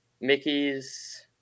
Mickey's